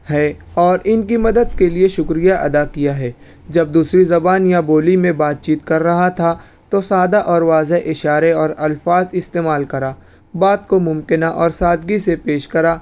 ہے اور ان کی مدد کے لیے شکریہ ادا کیا ہے جب دوسری زبان یا بولی میں بات چیت کر رہا تھا تو سادہ اور واضح اشارے اور الفاظ استعمال کرا بات کو ممکنہ اور سادگی سے پیش کرا